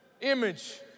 image